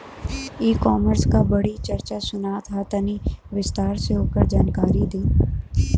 ई कॉमर्स क बड़ी चर्चा सुनात ह तनि विस्तार से ओकर जानकारी दी?